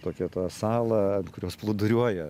tokią tą salą ant kurios plūduriuoja